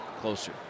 closer